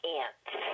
ants